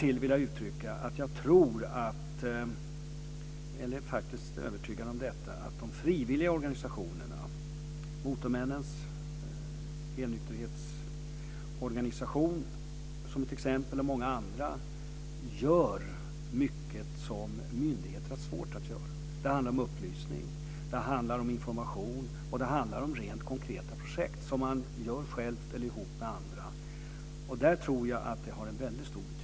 Jag vill därtill framhålla att jag är övertygad om att de frivilliga organisationerna - Motorförarnas Helnykterhetsförbund och många andra - gör mycket som myndigheterna har svårt att göra. Det handlar om information, upplysning och rent konkreta projekt som man genomför själv eller tillsammans med andra. Jag tror att det har en väldigt stor betydelse.